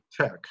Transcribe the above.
tech